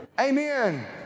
Amen